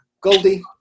Goldie